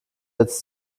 jetzt